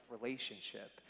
relationship